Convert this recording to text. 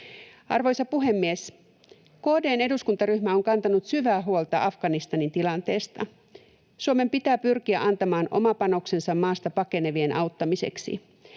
Arvoisa puhemies! KD:n eduskuntaryhmä on kantanut syvää huolta Afganistanin tilanteesta. Suomen pitää pyrkiä antamaan oma panoksensa maasta pakenevien auttamiseksi.